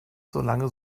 solange